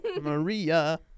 Maria